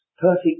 perfect